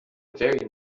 very